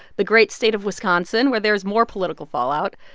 the great state of wisconsin, where there's more political fallout.